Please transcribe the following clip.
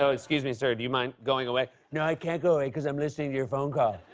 so excuse me, sir. do you mind going away? no, i can't go away because i'm listening to your phone call.